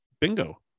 bingo